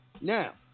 now